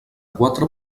quatre